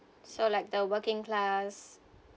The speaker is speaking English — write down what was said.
so like the working class